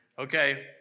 Okay